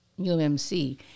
UMC